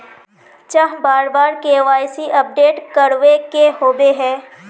चाँह बार बार के.वाई.सी अपडेट करावे के होबे है?